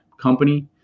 company